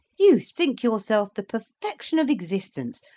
you think yourself the perfection of existence,